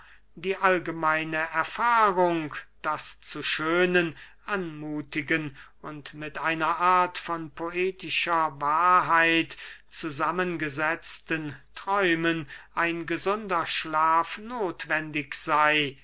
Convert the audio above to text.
die allgemeine erfahrung daß zu schönen anmuthigen und mit einer art von poetischer wahrheit zusammengesetzten träumen ein gesunder schlaf nothwendig sey